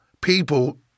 people